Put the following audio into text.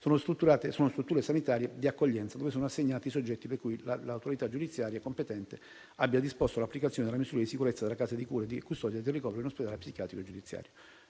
sono strutture sanitarie di accoglienza dove sono assegnati i soggetti per cui l'autorità giudiziaria competente abbia disposto l'applicazione della misura di sicurezza della casa di cura e custodia e del ricovero in ospedale psichiatrico giudiziario.